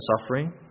suffering